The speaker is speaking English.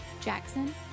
Jackson